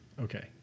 Okay